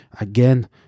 Again